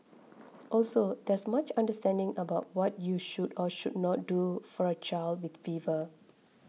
also there's much misunderstanding about what you should or should not do for a child with fever